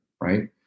right